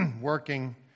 working